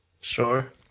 Sure